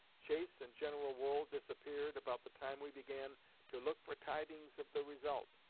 chase and general wool disappeared about the time we began to look for tidings of the result,